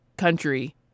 Country